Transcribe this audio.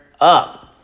up